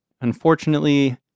unfortunately